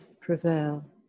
prevail